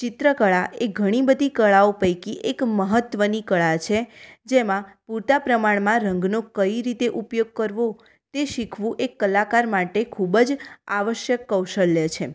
ચિત્રકળા એ ઘણી બધી કળાઓ પૈકી એક મહત્ત્વની કળા છે જેમાં પૂરતાં પ્રમાણમા રંગનો કઈ રીતે ઉપયોગ કરવો તે શીખવું એક કલાકાર માટે ખૂબ જ આવશ્યક કૌશલ્ય છે